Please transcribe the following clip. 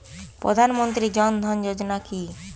প্রধান মন্ত্রী জন ধন যোজনা কি?